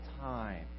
time